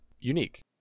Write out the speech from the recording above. unique